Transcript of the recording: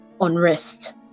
unrest